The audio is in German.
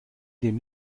dem